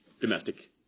domestic